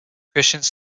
christians